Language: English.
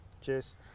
Cheers